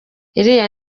iriya